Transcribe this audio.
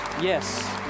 yes